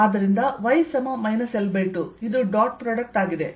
ಆದ್ದರಿಂದ y L2 ಇದು dot product ಆಗಿದೆ